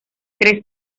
tres